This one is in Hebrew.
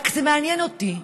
רק זה מעניין אותי,